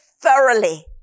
thoroughly